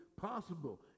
possible